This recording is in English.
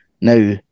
Now